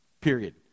period